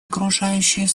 окружающей